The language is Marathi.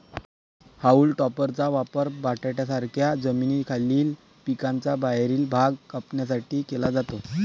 हाऊल टॉपरचा वापर बटाट्यांसारख्या जमिनीखालील पिकांचा बाहेरील भाग कापण्यासाठी केला जातो